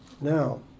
Now